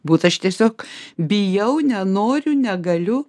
būt aš tiesiog bijau nenoriu negaliu